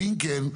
ואם כן,